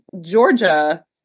Georgia